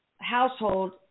household